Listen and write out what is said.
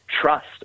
trust